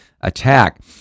attack